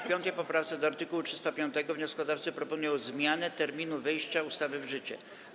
W 5. poprawce do art. 305 wnioskodawcy proponują zmianę terminu wejścia ustawy w życie.